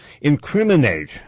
incriminate